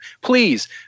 Please